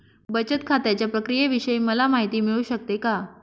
बचत खात्याच्या प्रक्रियेविषयी मला माहिती मिळू शकते का?